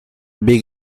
big